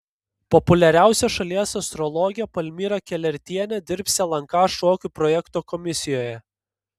populiariausia šalies astrologė palmira kelertienė dirbs lnk šokių projekto komisijoje